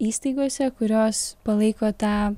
įstaigose kurios palaiko tą